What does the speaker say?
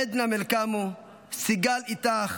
עדנה מלקמו, סיגל איטח,